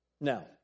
Now